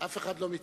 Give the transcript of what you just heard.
אף אחד לא מתכוון.